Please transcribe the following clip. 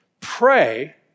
Pray